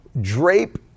drape